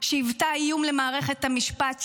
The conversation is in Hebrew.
שהיוותה איום למערכת המשפט,